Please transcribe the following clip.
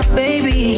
baby